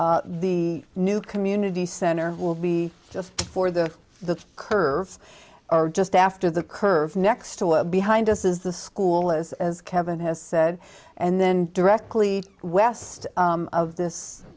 street the new community center will be just for the the curve are just after the curve next to behind us is the school is as kevin has said and then directly west of this